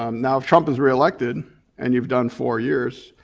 um now if trump is reelected and you've done four years,